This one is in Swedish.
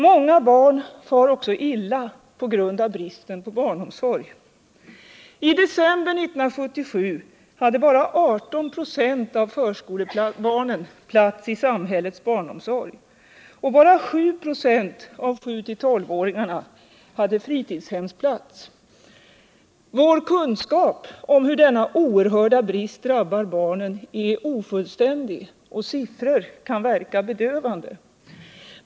Många barn far också illa på grund av bristen på barnomsorg. I december 1977 hade bara 18 96 av förskolebarnen plats i samhällets barnomsorg och Vår kunskap om hur denna oerhörda brist drabbar barnen är ofullständig, och siffror kan verka bedövande.